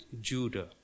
Judah